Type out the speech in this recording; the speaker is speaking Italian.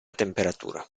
temperatura